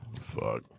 Fuck